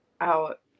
out